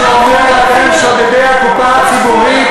כשהוא אומר: אתם שודדי הקופה הציבורית,